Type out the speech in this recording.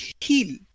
heal